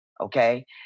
okay